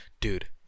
Dude